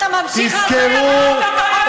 אין גבול.